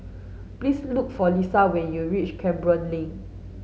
please look for Lisette when you reach Canberra Link